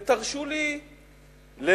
ותרשו לי לנבא,